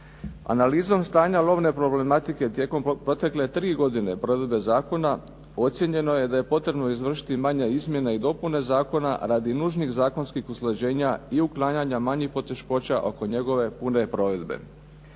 Analizom stanja lovne problematike tijekom protekle tri godine provedbe zakona ocijenjeno je da je potrebno izvršiti manje izmjene i dopune zakona radi nužnih zakonskih usklađenja i uklanjanja manjih poteškoća oko njegove pune provedbe.